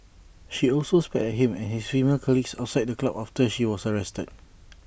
she also spat at him and his female colleague outside the club after she was arrested